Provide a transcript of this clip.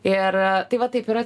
ir tai va taip yra